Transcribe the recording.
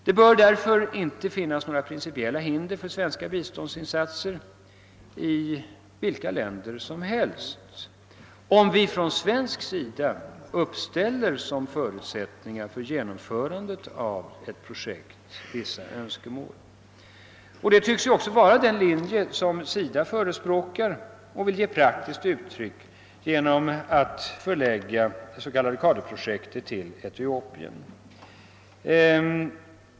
Det bör därför inte finnas några principielia hinder för svenska biståndsinsatser i vilka länder som helst, om vi från svensk sida uppställer vissa ön skemål som förutsättning för genomförandet av ett projekt. Detta tycks också vara den linje som SIDA förespråkar och vill ge praktiskt uttryck för genom att förlägga det s.k. CADU-projektet till Etiopien.